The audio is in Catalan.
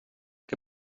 què